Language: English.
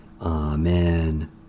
Amen